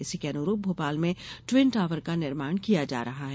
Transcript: इसी के अनुरूप भोपाल में ट्विन टहवर का निर्माण किया जा रहा है